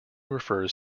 refers